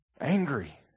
angry